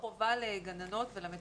יש חובה על הגננות ולמטפלות,